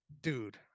Dude